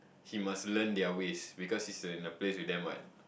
he must learn their ways because he's in the place with them [what]